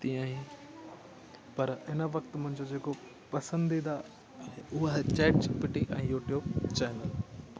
तीअं ई पर इन वक़्तु मुंहिंजो जेको पसंदीदा आहे उहो आहे चैट जी पी टी ऐं यूट्यूब चैनल